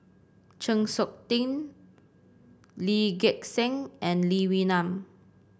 Chng Seok Tin Lee Gek Seng and Lee Wee Nam